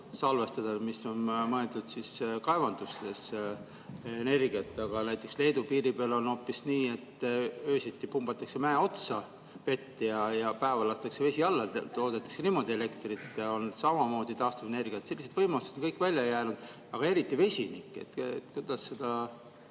salvestada, mõeldud on kaevandusi. Aga näiteks Leedu piiri peal on hoopis nii, et öösiti pumbatakse mäe otsa vett ja päeval lastakse vesi alla, toodetakse niimoodi elektrit ja see on samamoodi taastuvenergia. Sellised võimalused on kõik välja jäänud. Aga eriti vesinik. Kuidas [sellest